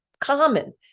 common